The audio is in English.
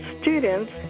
students